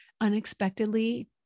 unexpectedly